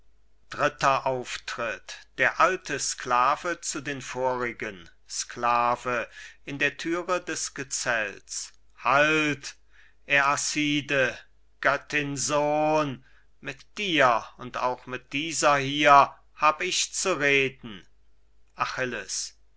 es geöffnet der alte sklave zu den vorigen sklave in der thür des gezeltes halt aeacide göttinsohn mit dir und auch mit dieser hier hab ich zu reden achilles